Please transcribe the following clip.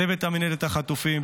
צוות מינהלת החטופים,